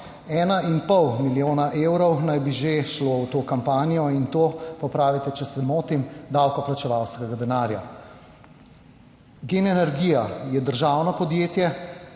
pol milijona evrov naj bi že šlo v to kampanjo in to popravite, če se motim, davkoplačevalskega denarja. GEN energija je državno podjetje